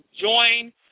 join